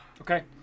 okay